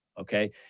okay